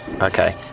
Okay